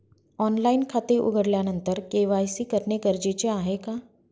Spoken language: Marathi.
ऑनलाईन खाते उघडल्यानंतर के.वाय.सी करणे गरजेचे आहे का?